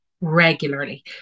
regularly